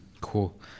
Cool